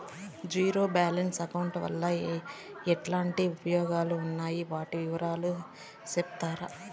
Zero balance account వలన ఎట్లాంటి ఉపయోగాలు ఉన్నాయి? వాటి వివరాలు సెప్తారా?